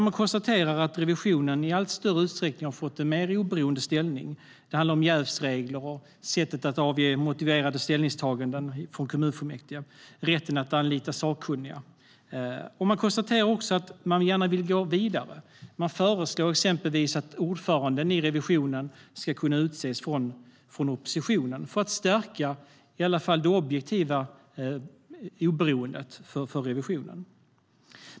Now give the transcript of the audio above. Revisionen har i allt större utsträckning fått en mer oberoende ställning. Det handlar om jävsregler, sättet att avge motiverade ställningstaganden från kommunfullmäktige och rätten att anlita sakkunniga. Man konstaterar också i betänkandet att man gärna vill gå vidare. Man föreslår exempelvis att ordföranden i revisionen ska utses av oppositionen, för att stärka det objektiva oberoendet för revisionen.